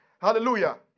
Hallelujah